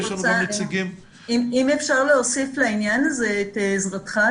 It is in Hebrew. אם אפשר להוסיף לעניין הזה את עזרתך,